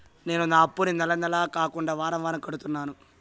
నేను నా అప్పుని నెల నెల కాకుండా వారం వారం కడుతున్నాను